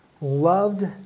loved